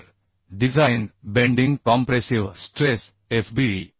तर design bending compressive stress fbd